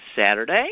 Saturday